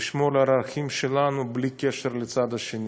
לשמור על הערכים שלנו, בלי קשר לצד השני.